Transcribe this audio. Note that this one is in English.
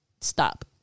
Stop